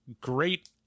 great